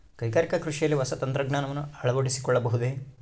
ಕೈಗಾರಿಕಾ ಕೃಷಿಯಲ್ಲಿ ಹೊಸ ತಂತ್ರಜ್ಞಾನವನ್ನ ಅಳವಡಿಸಿಕೊಳ್ಳಬಹುದೇ?